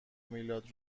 میلاد